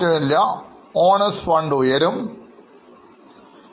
Asset കൂടുകയും Liability മാറ്റമില്ല Owners fund ഉയരുകയും ചെയ്യുന്നു